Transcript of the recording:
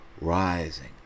Rising